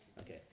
Okay